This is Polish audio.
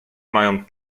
mają